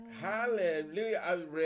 Hallelujah